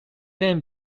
then